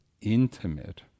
intimate